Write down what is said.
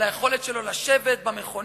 על היכולת שלו לשבת במכונית,